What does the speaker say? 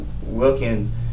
Wilkins